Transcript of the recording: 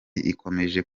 ikomeje